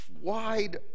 wide